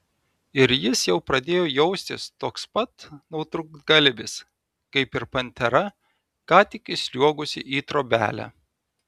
ir jis jau pradėjo jaustis toks pat nutrūktgalvis kaip ir pantera ką tik įsliuogusi į trobelę